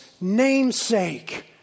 namesake